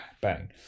bang